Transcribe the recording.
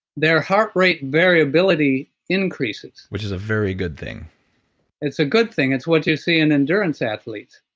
their heart rate variability increases which is a very good thing it's a good thing. it's what you see in endurance athletes.